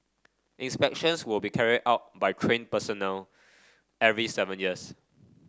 inspections will be carried out by trained personnel every seven years